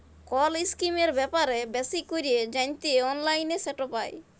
call ইসকিমের ব্যাপারে বেশি ক্যরে জ্যানতে অললাইলে সেট পায়